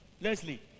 Leslie